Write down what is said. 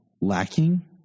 lacking